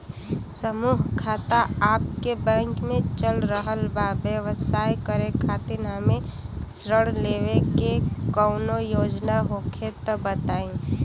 समूह खाता आपके बैंक मे चल रहल बा ब्यवसाय करे खातिर हमे ऋण लेवे के कौनो योजना होखे त बताई?